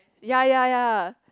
ya ya ya